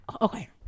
okay